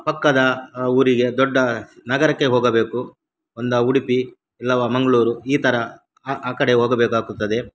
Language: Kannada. ಪಕ್ಕದ ಊರಿಗೆ ದೊಡ್ಡ ನಗರಕ್ಕೆ ಹೋಗಬೇಕು ಒಂದು ಉಡುಪಿ ಇಲ್ಲವೇ ಮಂಗಳೂರು ಈ ಥರ ಆ ಕಡೆ ಹೋಗಬೇಕಾಗುತ್ತದೆ